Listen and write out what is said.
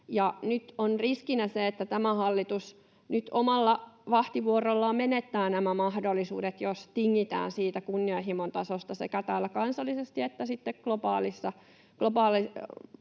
nyt on riskinä se, että tämä hallitus omalla vahtivuorollaan menettää nämä mahdollisuudet, jos tingitään siitä kunnianhimon tasosta sekä täällä kansallisesti että sitten globaaleissa